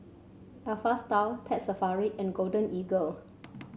Alpha Style Pet Safari and Golden Eagle